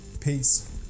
Peace